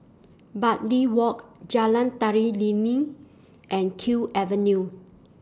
Bartley Walk Jalan Tari Lilin and Kew Avenue